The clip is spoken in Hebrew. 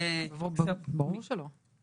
ברור שלא.